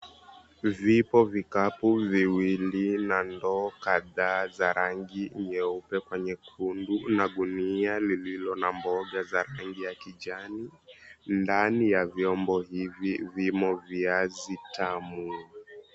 Vipo vikapu viwili na ndoo kadhaa za rangi nyeupe kwa nyekundu na gunia lililo na mboga zilizo za rangi ya kijani, ndani ya vyombo hivi vimo viazi tamu.